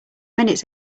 minutes